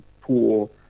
pool